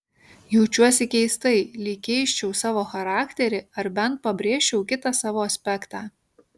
jaučiuosi keistai lyg keisčiau savo charakterį ar bent pabrėžčiau kitą savo aspektą